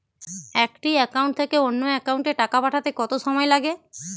একটি একাউন্ট থেকে অন্য একাউন্টে টাকা পাঠাতে কত সময় লাগে?